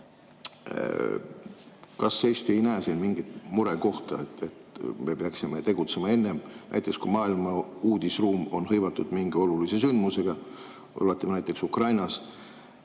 Kas Eesti ei näe siin mingit murekohta? [Kas] me ei peaks tegutsema enne, kui maailma uudisruum on hõivatud mingi olulise sündmusega, näiteks Ukrainas,